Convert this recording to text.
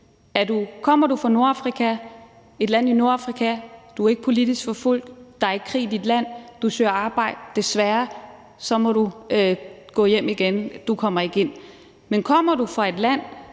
Kommer du fra et land i Nordafrika? Du er ikke politisk forfulgt? Der er ikke krig i dit land? Du søger arbejde? Desværre. Så må du gå hjem igen. Du kommer ikke ind. Men kommer du fra et land,